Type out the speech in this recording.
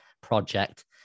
project